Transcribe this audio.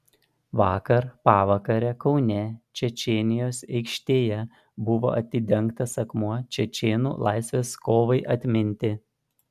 vakar pavakare kaune čečėnijos aikštėje buvo atidengtas akmuo čečėnų laisvės kovai atminti